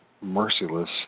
merciless